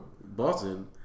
Boston